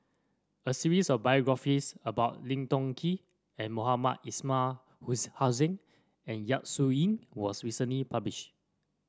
a series of biographies about Lim Tiong Ghee and Mohamed Ismail Huhasin and Yap Su Yin was recently published